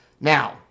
Now